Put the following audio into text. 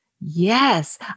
Yes